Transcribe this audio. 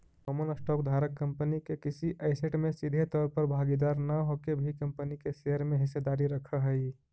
common stock धारक company के किसी ऐसेट में सीधे तौर पर भागीदार न होके भी कंपनी के शेयर में हिस्सेदारी रखऽ हइ